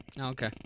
okay